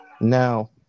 now